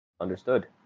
Understood